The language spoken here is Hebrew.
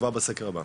כבר בסקר הבא?